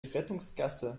rettungsgasse